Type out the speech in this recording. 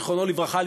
זיכרונו לברכה,